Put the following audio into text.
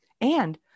And-